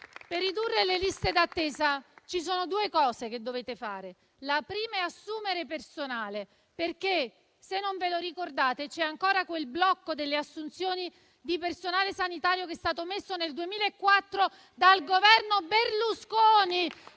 Per ridurre le liste d'attesa ci sono due cose che dovete fare. La prima è assumere personale. Se non ve lo ricordate, c'è ancora quel blocco delle assunzioni di personale sanitario che è stato messo nel 2004 dal Governo Berlusconi